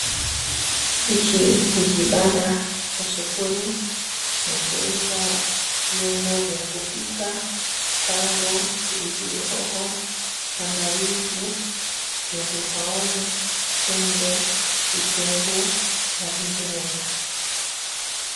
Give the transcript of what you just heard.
Hiki ni kibanda cha sokoni inachouza viungo vya kupika, tango, pilipili hoho, tangawizi, kitunguu saumu, tende, vitunguu na vinginevyo.